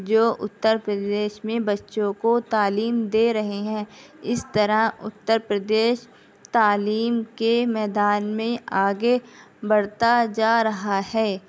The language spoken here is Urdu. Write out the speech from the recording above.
جو اتر پردیش میں بچوں کو تعلیم دے رہے ہیں اس طرح اتر پردیش تعلیم کے میدان میں آگے بڑھتا جا رہا ہے